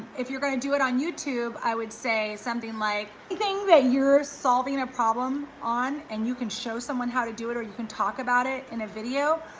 if you're gonna do it on youtube, i would say something like the thing that you're solving a problem on and you can show someone how to do it, or you can talk about it in a video,